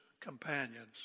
companions